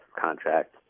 contract